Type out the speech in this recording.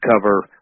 cover